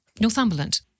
Northumberland